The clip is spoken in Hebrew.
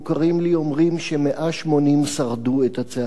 לי אומרים ש-180 שרדו את הצעדה הזאת.